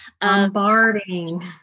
Bombarding